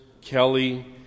Kelly